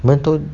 betul